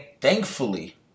thankfully